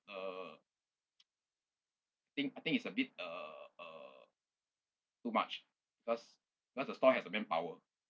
uh think I think it's a bit uh uh uh too much cause because the store has the manpower